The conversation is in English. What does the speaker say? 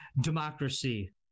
democracy